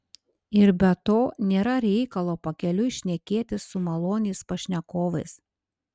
ir be to nėra reikalo pakeliui šnekėtis su maloniais pašnekovais